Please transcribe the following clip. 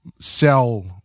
sell